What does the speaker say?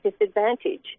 disadvantage